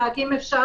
רק אם אפשר,